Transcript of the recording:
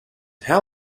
how